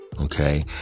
Okay